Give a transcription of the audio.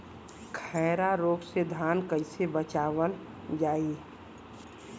खैरा रोग से धान कईसे बचावल जाई?